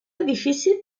edifici